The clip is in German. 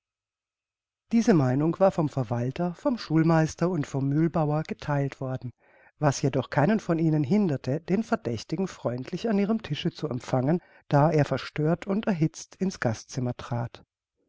diese meinung war vom verwalter vom schulmeister und vom mühlbauer getheilt worden was jedoch keinen von ihnen hinderte den verdächtigten freundlich an ihrem tische zu empfangen da er verstört und erhitzt in's gastzimmer trat